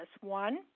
One